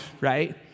right